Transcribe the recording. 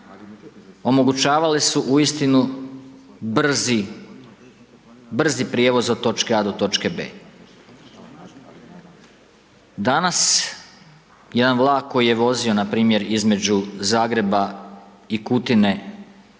omogućavale su uistinu brzi prijevoz od točke A do točke B. Danas, jedan vlak koji je vozio npr. između Zagreba i Kutine,